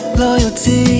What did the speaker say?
loyalty